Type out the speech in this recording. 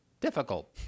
difficult